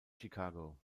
chicago